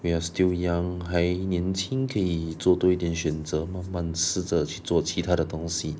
we are still young 还年轻可以做多一点选择慢慢试着去做其他的东西